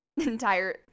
entire